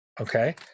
Okay